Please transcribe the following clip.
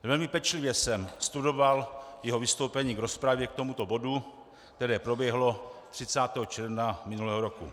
Velmi pečlivě jsem studoval jeho vystoupení k rozpravě k tomuto bodu, které proběhlo 30. června minulého roku.